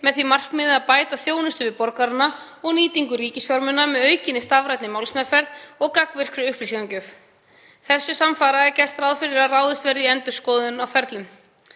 með því markmiði að bæta þjónustu við borgarana og nýtingu ríkisfjármuna með aukinni stafrænni málsmeðferð og gagnvirkri upplýsingagjöf. Þessu samfara er gert ráð fyrir að ráðist verði í endurskoðun á ferlum.